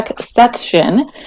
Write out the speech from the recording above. section